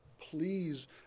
please